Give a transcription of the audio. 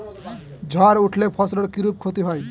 ঝড় উঠলে ফসলের কিরূপ ক্ষতি হয়?